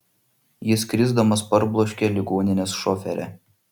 jis krisdamas parbloškė ligoninės šoferę